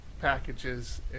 packages